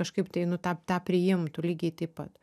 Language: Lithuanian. kažkaip tai nu tą tą priimtų lygiai taip pat